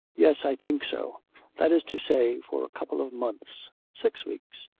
yes, i think so that is to say, for a couple of months six weeks.